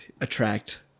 attract